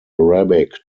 arabic